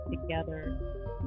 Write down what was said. together